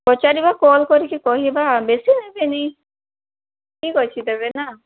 ପଚାରିବା କଲ୍ କରିକି କହିବା ବେଶୀ ନେବେନି ଠିକ୍ ଅଛି ତେବେ ନା